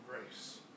grace